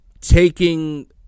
Taking